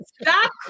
Stop